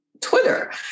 Twitter